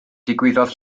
digwyddodd